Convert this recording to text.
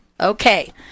Okay